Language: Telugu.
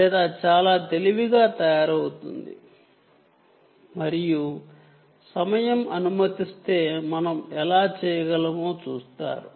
వాటిని ఇంటెలిజెంట్ గా తయారుచేయవచ్చు మరియు సమయం అనుమతిస్తే ఎలా చేయగలమో చూద్దాం